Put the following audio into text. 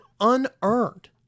unearned